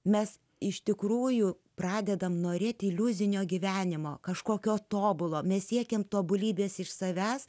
mes iš tikrųjų pradedame norėti iliuzinio gyvenimo kažkokio tobulo nesiekiame tobulybės iš savęs